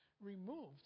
removed